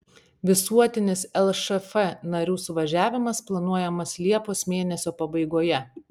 visuotinis lšf narių suvažiavimas planuojamas liepos mėnesio pabaigoje